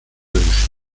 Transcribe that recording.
wünscht